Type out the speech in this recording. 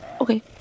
Okay